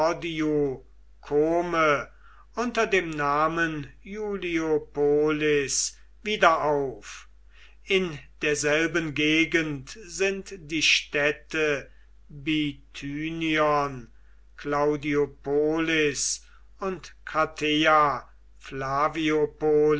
unter dem namen iuliopolis wieder auf in derselben gegend sind die städte bithynion claudiopolis und